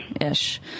ish